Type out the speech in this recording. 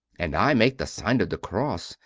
and i make the sign of the cross,